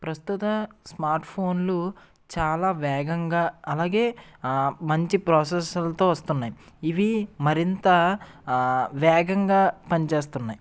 ప్రస్తుత స్మార్ట్ఫోన్లు చాలా వేగంగా అలాగే మంచి ప్రాసెసర్లతో వస్తున్నాయి ఇవి మరింత వేగంగా పని చేస్తున్నాయి